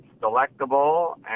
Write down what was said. delectable